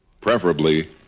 preferably